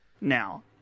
now